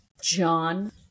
John